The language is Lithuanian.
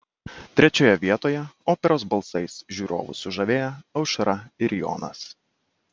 trečioje vietoje operos balsais žiūrovus sužavėję aušra ir jonas